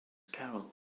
carol